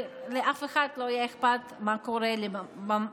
ולאף אחד לא היה אכפת מה קורה לי באמת.